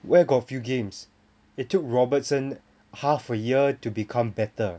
where got few games it took robertson half a year to become better